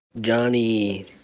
johnny